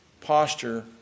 posture